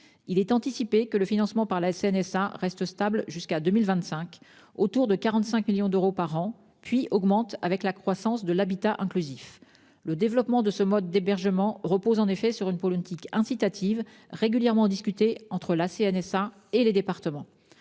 %. On anticipe que le financement par la CNSA restera stable jusqu'en 2025, autour de 45 millions d'euros par an, et qu'il augmentera avec la croissance de l'habitat inclusif. Le développement de ce mode d'hébergement repose en effet sur une politique incitative régulièrement discutée entre la CNSA et les conseils